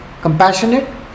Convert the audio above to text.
compassionate